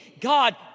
God